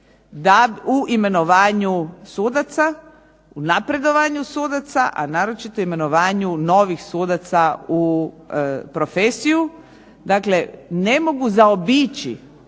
u imenovanju sudaca, u napredovanju sudaca, a naročito u imenovanju novih sudaca u profesiju. Dakle, ne mogu zaobići